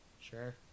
Sure